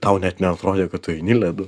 tau net neatrodė kad tu eini ledu